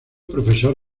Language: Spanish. profesor